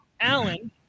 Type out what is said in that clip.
Alan